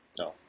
No